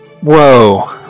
whoa